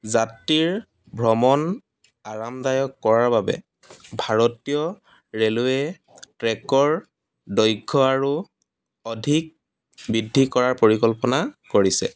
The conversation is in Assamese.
যাত্ৰীৰ ভ্ৰমণ আৰামদায়ক কৰাৰ বাবে ভাৰতীয় ৰেইলৱে ট্ৰেকৰ দৈৰ্ঘ্য় আৰু অধিক বৃদ্ধি কৰাৰ পৰিকল্পনা কৰিছে